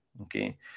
Okay